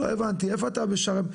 איפה אתה משם?